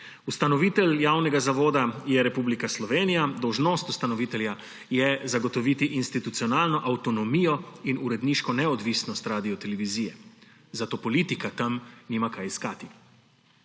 Ustanovitelj javnega zavoda je Republika Slovenija. Dolžnost ustanovitelja je zagotoviti institucionalno avtonomijo in uredniško neodvisnost Radiotelevizije, zato politika nima kaj iskati.